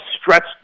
stretched